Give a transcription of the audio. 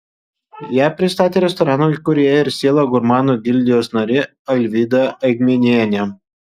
ją pristatė restorano įkūrėja ir siela gurmanų gildijos narė alvyda eigminienė